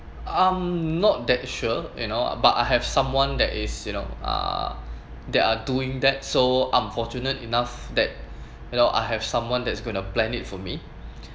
I'm not that sure you know but I have someone that is you know uh that are doing that so unfortunate enough that you know I have someone that's gonna plan it for me